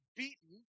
beaten